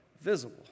visible